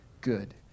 good